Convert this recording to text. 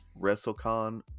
WrestleCon